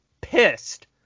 pissed